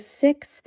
six